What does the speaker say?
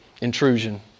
intrusion